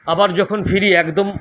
আবার যখন ফিরি একদম